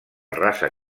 rasa